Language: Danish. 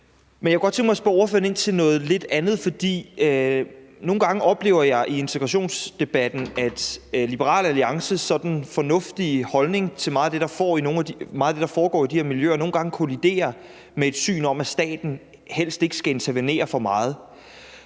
Jeg kunne godt tænke mig at spørge ordføreren ind til noget lidt andet, for nogle gange oplever jeg i integrationsdebatten, at Liberal Alliances fornuftige holdning til meget af det, der foregår i de her miljøer, kolliderer med synspunktet om, at staten helst ikke skal intervenere for meget.